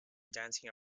dancing